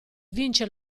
vince